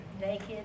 naked